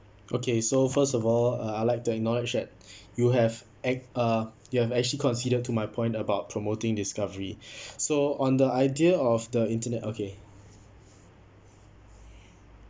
okay so first of all uh I like to acknowledge that you have act~ uh you have actually conceded to my point about promoting discovery so on the idea of the internet okay